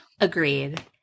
Agreed